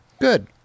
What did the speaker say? Good